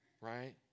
right